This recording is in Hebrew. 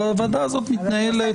אבל הוועדה הזאת מתנהלת